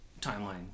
timeline